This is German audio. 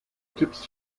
tipps